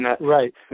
Right